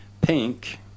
Pink